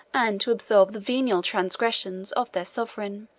and to absolve the venial transgressions, of their sovereign.